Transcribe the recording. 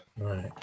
right